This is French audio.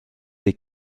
des